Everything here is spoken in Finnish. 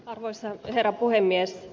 arvoisa herra puhemies